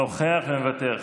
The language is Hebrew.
נוכח ומוותר.